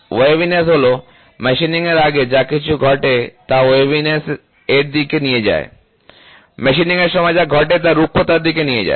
waviness হলো মেশিনিংয়ের আগে যা কিছু ঘটে তা ওয়েভিনেস এর দিকে নিয়ে যায় মেশিনিংয়ের সময় যা ঘটে তা রুক্ষতার দিকে নিয়ে যায়